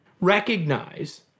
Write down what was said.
Recognize